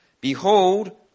Behold